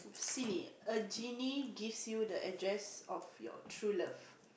silly a genie gives you the address of your true love